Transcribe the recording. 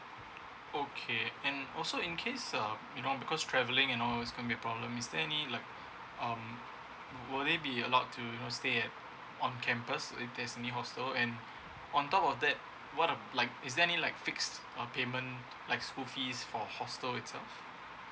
okay and also in case uh you know because travelling you know it's gonna be a problem is there any like um would it be allowed to you know stay at on campus if that's any hostel and on top of that what are like is there any like fixed uh payment like school fees for hostel itself